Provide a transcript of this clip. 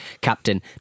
Captain